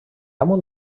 amo